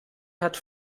hat